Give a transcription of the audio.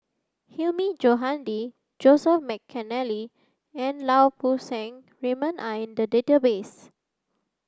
Hilmi Johandi Joseph Mcnally and Lau Poo Seng Raymond are in the database